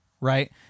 right